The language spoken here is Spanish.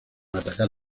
atacar